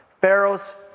Pharaoh's